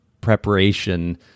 preparation